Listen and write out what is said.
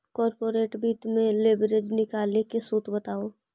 corporate वित्त में leverage निकाले के सूत्र बताओ